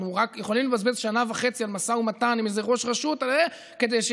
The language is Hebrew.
אנחנו יכולים לבזבז שנה וחצי על משא ומתן עם איזה ראש רשות כדי שבסדר,